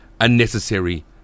unnecessary